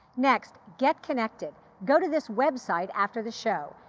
next, get connected. go to this website after the show.